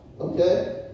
Okay